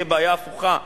זה יהיה בעיה הפוכה,